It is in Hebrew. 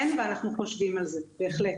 כן ואנחנו חושבים על זה, בהחלט.